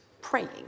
praying